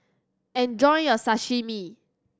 enjoy your Sashimi